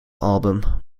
album